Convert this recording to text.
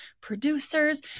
producers